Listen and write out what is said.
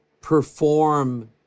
perform